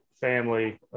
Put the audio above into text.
family